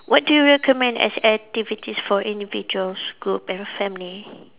what do you recommend as activities for individuals group and family